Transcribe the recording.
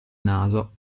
naso